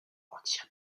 anti